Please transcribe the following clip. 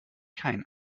kein